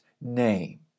name